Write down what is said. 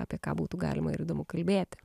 apie ką būtų galima ir įdomu kalbėti